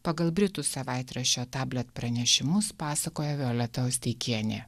pagal britų savaitraščio tablet pranešimus pasakoja violeta osteikienė